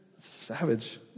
Savage